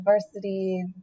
diversity